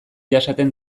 jasaten